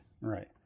Right